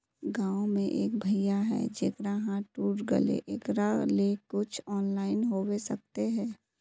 गाँव में एक भैया है जेकरा हाथ टूट गले एकरा ले कुछ ऑनलाइन होबे सकते है?